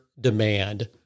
demand